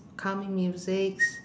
calming musics